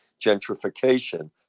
gentrification